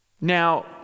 Now